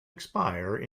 expire